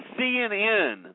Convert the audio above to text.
CNN